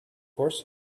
course